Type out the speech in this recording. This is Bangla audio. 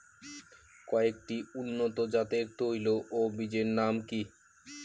কয়েকটি উন্নত জাতের তৈল ও বীজের নাম কি কি?